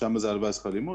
שם זו הלוואה לשכר לימוד,